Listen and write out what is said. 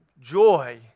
joy